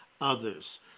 others